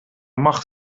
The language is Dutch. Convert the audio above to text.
macht